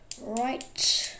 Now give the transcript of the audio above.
Right